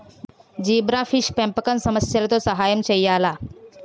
Zebrafish పెంపకం సమస్యలతో సహాయం చేయాలా?